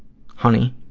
honey,